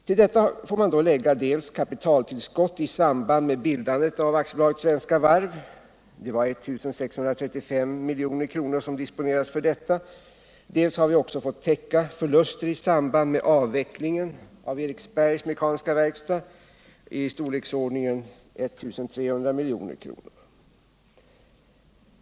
Till detta får man lägga dels kapitaltillskott i samband med bildandet av Svenska Varv AB — 1635 milj.kr. disponerades för detta ändamål — dels medel i storleksordningen 1 300 milj.kr. för täckande av förluster i samband med avvecklingen av Eriksberg Mekaniska Verkstad.